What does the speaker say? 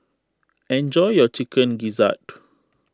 enjoy your Chicken Gizzard